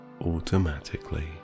automatically